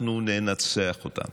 אנחנו ננצח אותם.